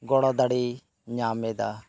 ᱜᱚᱲᱚ ᱫᱟᱲᱮ ᱧᱟᱢ ᱮᱫᱟ